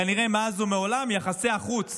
כנראה מאז ומעולם, יחסי החוץ